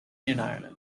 ireland